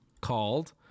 called